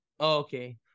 Okay